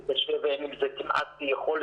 וזה קשה ואין עם זה כמעט יכולת,